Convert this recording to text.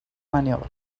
maniobra